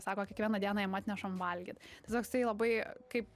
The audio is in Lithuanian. sako kiekvieną dieną jam atnešam valgyt tas toksai labai kaip